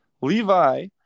Levi